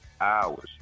hours